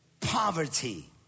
Poverty